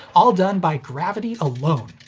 all done by gravity alone.